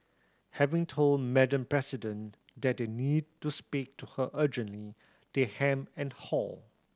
having told Madam President that they need to speak to her urgently they hem and haw